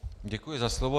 Děkuji za slovo.